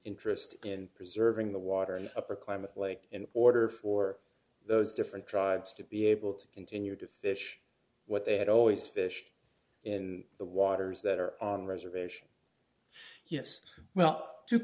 interest in preserving the water in a climate like in order for those different tribes to be able ready to continue to fish what they had always fished in the waters that are on reservation yes well